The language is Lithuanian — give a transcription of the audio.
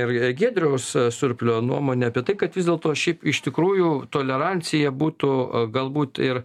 ir giedriaus surplio nuomonę apie tai kad vis dėlto šiaip iš tikrųjų tolerancija būtų galbūt ir